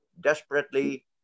desperately